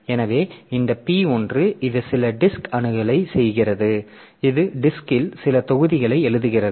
எனவே இந்த P1 இது சில டிஸ்க் அணுகலைச் செய்கிறது இது டிஸ்க்ல் சில தொகுதிகளை எழுதுகிறது